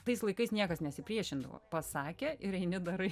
tais laikais niekas nesipriešindavo pasakė ir eini darai